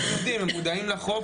הם מודעים לחוק,